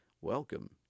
welcome